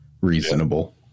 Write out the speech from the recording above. reasonable